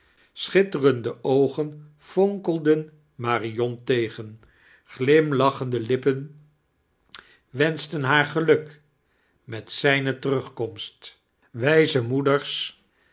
schitterende oogen fonkeiden marion tegen glimlachehde lippen wenechten haar geluk met zijne terugkomst wijze moedeis